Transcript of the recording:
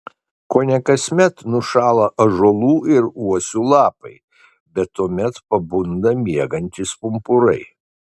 kone kasmet nušąla ąžuolų ir uosių lapai bet tuomet pabunda miegantys pumpurai